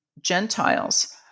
Gentiles